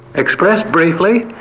expressed briefly,